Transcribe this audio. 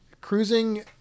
Cruising